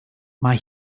mae